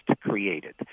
created